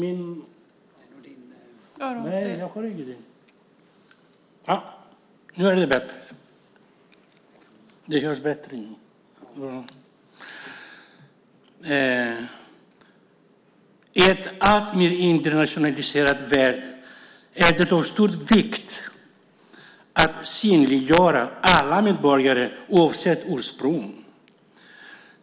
I en alltmer internationaliserad värld är det av stor vikt att synliggöra alla medborgare oavsett ursprung.